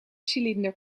cilinder